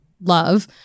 love